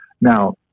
Now